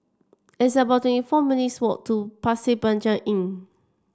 it's about twenty four minutes' walk to Pasir Panjang Inn